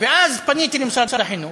אז פניתי למשרד החינוך,